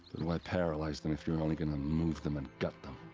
why paralyze them if you're only going to move them and gut them?